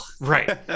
right